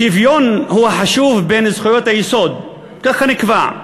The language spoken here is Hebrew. שוויון הוא החשוב בין זכויות היסוד, ככה נקבע,